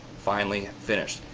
finally and finished.